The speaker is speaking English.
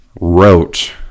wrote